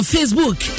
Facebook